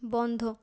বন্ধ